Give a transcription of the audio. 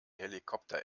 helikopter